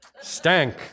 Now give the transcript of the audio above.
stank